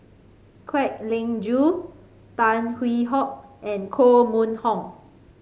Kwek Leng Joo Tan Hwee Hock and Koh Mun Hong